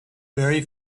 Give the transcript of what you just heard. very